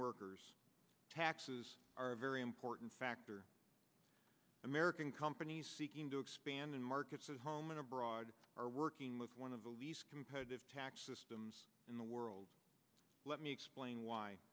workers taxes are a very important factor american companies seeking to expand in markets at home and abroad are working with one of the least competitive tax systems in the world let me explain why